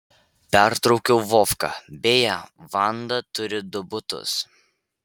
pertraukiau vovką beje vanda turi du butus